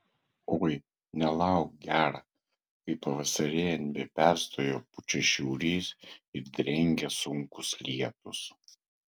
oi nelauk gera kai pavasarėjant be perstojo pučia šiaurys ir drengia sunkūs lietūs